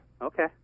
Okay